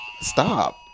Stop